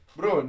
Bro